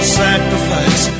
sacrifice